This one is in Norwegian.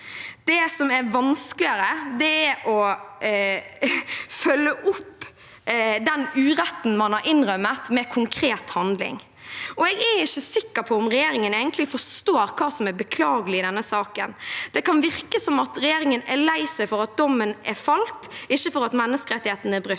Det som er vanskeligere, er å følge opp den uretten man har innrømmet med konkret handling. Jeg er ikke sikker på om regjeringen egentlig forstår hva som er beklagelig i denne saken. Det kan virke som at regjeringen er lei seg for at dommen er falt, ikke for at menneskerettighetene er brutt.